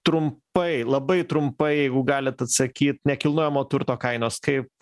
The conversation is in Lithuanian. trumpai labai trumpai jeigu galit atsakyt nekilnojamo turto kainos kaip